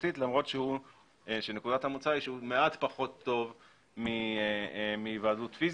חזותית למרות שנקודת המוצע היא שהוא מעט פחות טוב מהיוועדות פיזית,